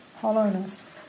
hollowness